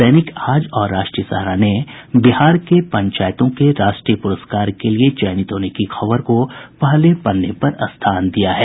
दैनिक आज और राष्ट्रीय सहारा ने बिहार के पंचायतों के राष्ट्रीय पुरस्कार के लिए चयनित होने की खबर को पहले पन्ने पर स्थान दिया है